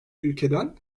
ülkeden